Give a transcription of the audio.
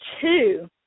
two